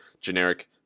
generic